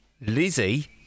Lizzie